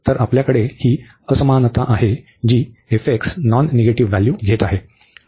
तर आपल्याकडे ही असमानता आहे जी नॉन निगेटिव्ह व्हॅल्यू घेत आहे